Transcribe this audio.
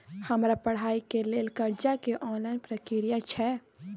हमरा पढ़ाई के लेल कर्जा के ऑनलाइन प्रक्रिया की छै?